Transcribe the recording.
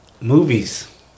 Movies